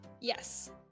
Yes